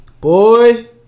Boy